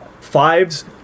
fives